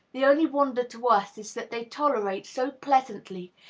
the only wonder to us is that they tolerate so pleasantly,